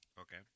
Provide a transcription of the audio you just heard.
okay